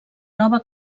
nova